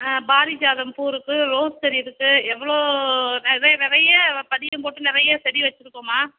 பாரிஜாதம் பூ இருக்குது ரோஸ் செடி இருக்குது எவ்வளோ நிறைய நிறைய பதியம் போட்டு நிறைய செடி வைச்சிருக்கோம்மா